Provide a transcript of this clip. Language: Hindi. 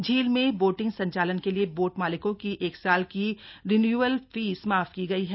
झील में बोटिंग संचालन के लिये बोट मालिकों की एक साल की रिन्यूअल फीस माफ की गई है